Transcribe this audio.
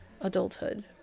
adulthood